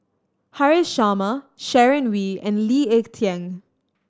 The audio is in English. Haresh Sharma Sharon Wee and Lee Ek Tieng